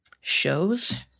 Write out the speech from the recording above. Shows